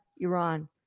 Iran